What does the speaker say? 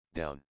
down